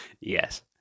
Yes